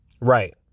Right